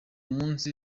munsi